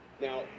Now